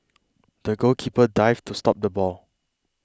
the goalkeeper dived to stop the ball